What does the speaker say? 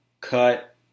cut